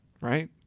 right